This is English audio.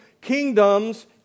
kingdoms